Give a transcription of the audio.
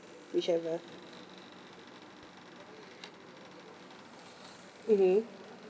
whichever mmhmm